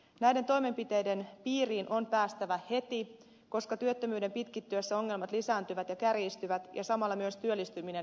näiden toimenpiteiden piiriin on päästävä heti koska työttömyyden pitkittyessä ongelmat lisääntyvät ja kärjistyvät ja samalla myös työllistyminen vaikeutuu